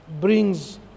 brings